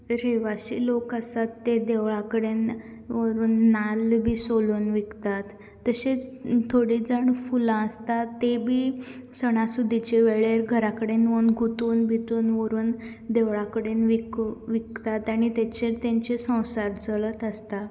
रेवाशी लोक आसात ते देवळा कडेन व्हरून नाल्ल बी सोलून विकतात तशेंच थोडी जाणां फुलां आसता ते बी सणा सुदीच्या वेळार घरा कडेन वळून गुंथून बिथून व्हरून देवळा कडेन विकून विकतात आनी ताचेर तांचे संवसार चलत आसता